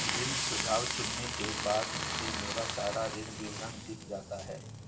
ऋण सुझाव चुनने के बाद मुझे मेरा सारा ऋण विवरण दिख जाता है